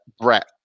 Brett